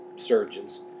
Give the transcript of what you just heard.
surgeons